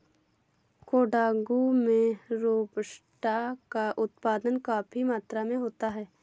कोडागू में रोबस्टा का उत्पादन काफी मात्रा में होता है